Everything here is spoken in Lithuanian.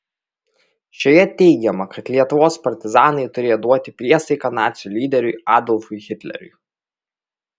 šioje teigiama kad lietuvos partizanai turėję duoti priesaiką nacių lyderiui adolfui hitleriui